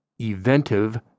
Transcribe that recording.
eventive